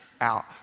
out